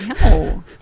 No